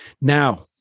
Now